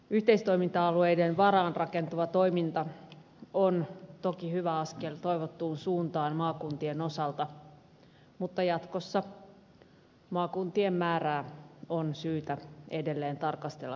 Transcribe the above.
yhteistoiminta alueiden varaan rakentuva toiminta on toki hyvä askel toivottuun suuntaan maakuntien osalta mutta jatkossa maakuntien määrää on syytä edelleen tarkastella kriittisesti